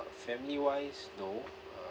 family-wise no uh